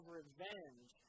revenge